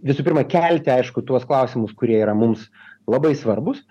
visų pirma kelti aišku tuos klausimus kurie yra mums labai svarbūs